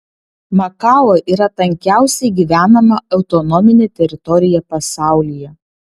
makao yra tankiausiai gyvenama autonominė teritorija pasaulyje